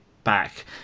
back